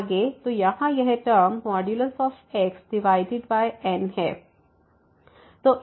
तो यहाँ यह टर्म xN है